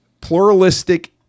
pluralistic